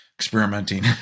Experimenting